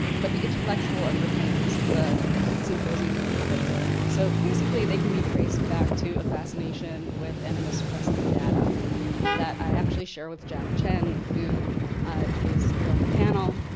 but the intellectual underpinnings of the symposium are a little bit different. so basically they can be traced back to a fascination with, and a mistrust of data that i actually share jack tchen, who is here on the panel,